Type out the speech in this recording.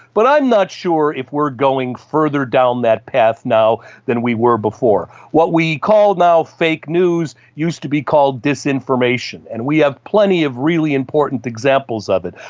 but i'm not sure if we're going further down that path now than we were before. what we call now fake news used to be called disinformation, and we have plenty of really important examples of it.